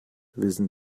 wissen